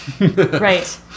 Right